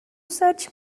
search